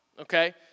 okay